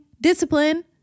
discipline